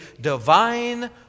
divine